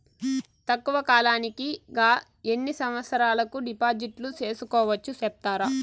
తక్కువ కాలానికి గా ఎన్ని సంవత్సరాల కు డిపాజిట్లు సేసుకోవచ్చు సెప్తారా